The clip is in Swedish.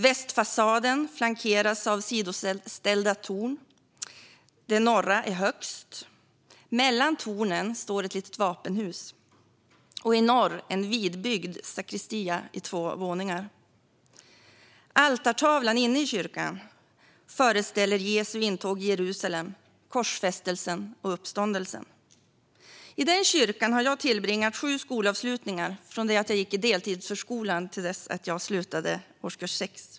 Västfasaden flankeras av sidoställda torn. Det norra är högst. Mellan tornen står ett litet vapenhus, och i norr finns det en vidbyggd sakristia i två våningar. Altartavlan inne i kyrkan föreställer Jesu intåg i Jerusalem, korsfästelsen och uppståndelsen. I den kyrkan har jag tillbringat sju skolavslutningar från det att jag gick i deltidsförskola till dess att jag slutade årskurs 6.